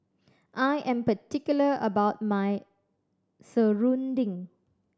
I am particular about my serunding